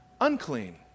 unclean